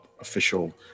official